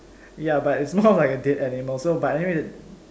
ya but it's more like a dead animal so but anyway